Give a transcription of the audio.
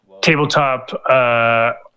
Tabletop